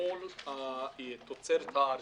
מול תוצרת הארץ,